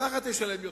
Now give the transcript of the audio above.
ככה תשלם יותר.